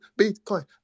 Bitcoin